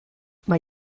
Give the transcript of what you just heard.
mae